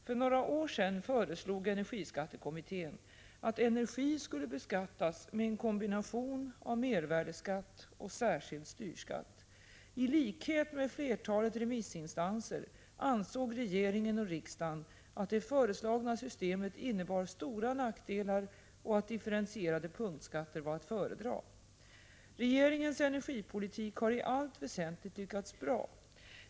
För några år sedan föreslog energiskattekommittén att energi skulle beskattas med en kombination av mervärdeskatt och särskild styrskatt. I likhet med flertalet remissinstanser ansåg regeringen och riksdagen att det föreslagna systemet innebar stora nackdelar och att differentierade punktskatter var att föredra. Regeringens energipolitik har i allt väsentligt lyckats bra.